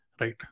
Right